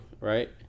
right